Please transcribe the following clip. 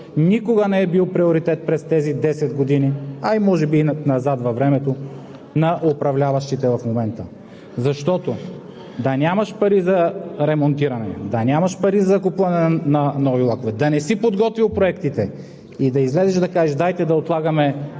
никога не е бил приоритет през тези десет години, а може би и назад във времето, на управляващите в момента. Защото да нямаш пари за ремонтиране, да нямаш пари за закупуване на нови влакове, да не си подготвил проектите и да излезеш да кажеш: „Дайте да отлагаме